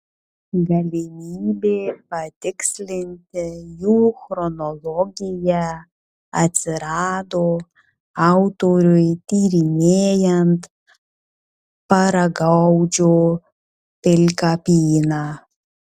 galimybė patikslinti jų chronologiją atsirado autoriui tyrinėjant paragaudžio pilkapyną